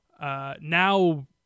Now